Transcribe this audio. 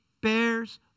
bears